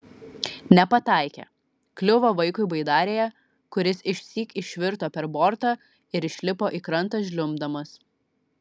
nepataikė kliuvo vaikui baidarėje kuris išsyk išvirto per bortą ir išlipo į krantą žliumbdamas